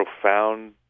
profound